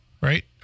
right